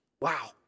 Wow